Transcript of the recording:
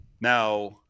now